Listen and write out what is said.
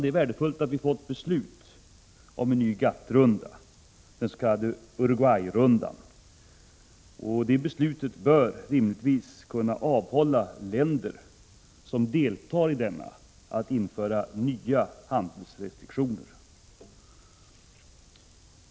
Det är värdefullt att vi har fått ett beslut om en ny GATT-runda, den s.k. Uruguayrundan. Det beslutet bör rimligtvis kunna avhålla länder som deltar i denna från att införa nya handelsrestriktioner.